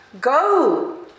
Go